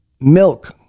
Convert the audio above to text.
milk